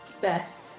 Best